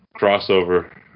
crossover